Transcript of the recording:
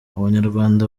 abanyarwanda